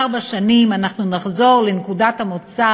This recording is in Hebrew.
ארבע שנים אנחנו נחזור לנקודת המוצא